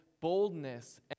boldness